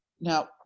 Now